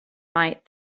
might